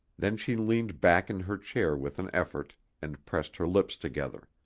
then she leaned back in her chair with an effort, and pressed her lips together.